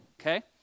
okay